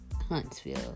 Huntsville